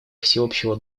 всеобщего